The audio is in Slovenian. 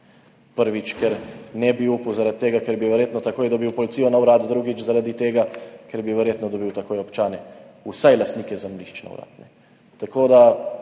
Prvič, ker ne bi upal zaradi tega, ker bi verjetno takoj dobil policijo na vrat, drugič zaradi tega, ker bi verjetno takoj dobil občane, vsaj lastnike zemljišč na vrat. Seveda,